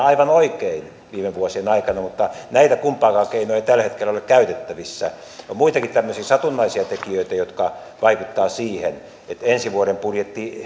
aivan oikein viime vuosien aikana mutta näitä kumpaakaan keinoa ei tällä hetkellä ole käytettävissä on muitakin tämmöisiä satunnaisia tekijöitä jotka vaikuttavat siihen että ensi vuoden